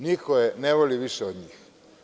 Niko je ne voli više od njih.